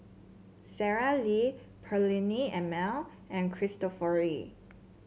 Sara Lee Perllini and Mel and Cristofori